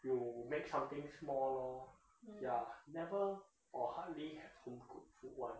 就 make something small lor ya never or hardly have home cooked food [one]